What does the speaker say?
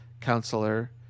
counselor